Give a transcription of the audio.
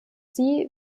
sie